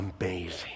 amazing